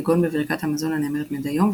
כגון בברכת המזון הנאמרת מדי יום,